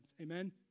Amen